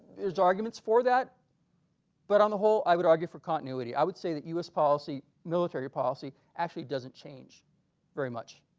there's arguments for that but on the whole i would argue for continuity i would say that us policy military policy actually doesn't change very much,